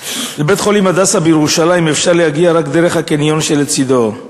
לבית-החולים "הדסה" בירושלים אפשר להגיע רק דרך הקניון שלצדו.